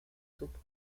super